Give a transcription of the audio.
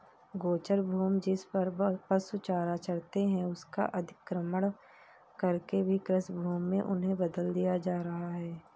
गोचर भूमि, जिसपर पशु चारा चरते हैं, उसका अतिक्रमण करके भी कृषिभूमि में उन्हें बदल दिया जा रहा है